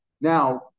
Now